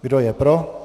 Kdo je pro?